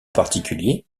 particulier